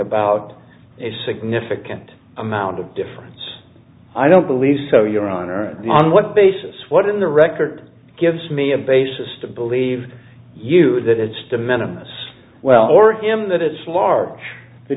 about a significant amount of difference i don't believe so your honor and on what basis what in the record gives me a basis to believe you that it's to menace well for him that it's large the